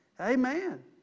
Amen